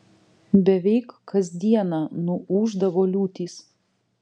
beveik kas dieną nuūždavo liūtys